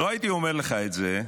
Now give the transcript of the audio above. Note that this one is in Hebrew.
לא הייתי אומר לך את זה,